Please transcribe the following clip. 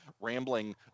rambling